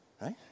Right